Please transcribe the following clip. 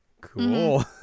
cool